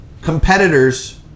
Competitors